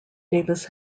davis